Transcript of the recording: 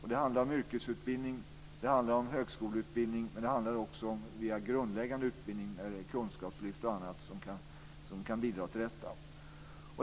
Det handlar om yrkesutbildning och om högskoleutbildning, men det handlar också om grundläggande utbildning, kunskapslyft och annat som kan bidra till detta.